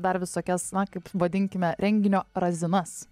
dar visokias na kaip vadinkime renginio razinas